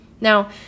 Now